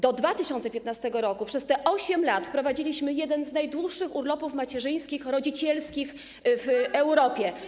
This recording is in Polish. Do 2015 r., przez te 8 lat, wprowadziliśmy jeden z najdłuższych urlopów macierzyńskich, rodzicielskich w Europie.